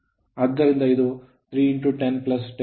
ಆದ್ದರಿಂದ ಇದು 310 10 5 18 5 ಆಗಿದೆ